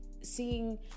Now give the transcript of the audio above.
seeing